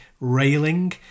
railing